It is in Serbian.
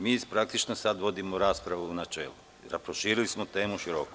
Mi praktično sad vodimo raspravu u načelu, a proširili smo temu široko.